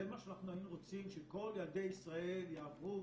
זה מה שאנחנו היינו רוצים שכל ילדי ישראל יעברו